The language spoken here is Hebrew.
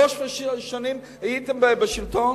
ושלוש שנים הייתם בשלטון?